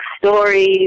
stories